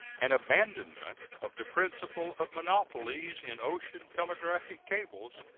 an abandonment of the principle of monopolies in ocean telegraphic cables.